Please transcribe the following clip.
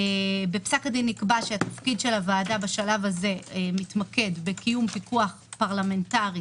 בפסק הדין נקבע שתפקיד הוועדה בשלב זה מתמקד בקיום פיקוח פרלמנטרי